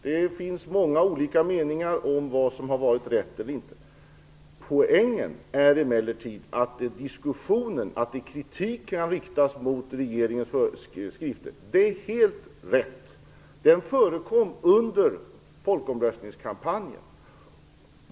Det finns många olika meningar om vad som har varit rätt eller inte. Poängen är emellertid att kritik har riktats mot regeringens föreskrifter. Det är helt rätt.